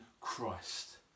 Christ